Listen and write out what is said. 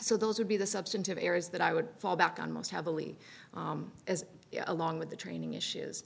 so those would be the substantive areas that i would fall back on most heavily as along with the training issue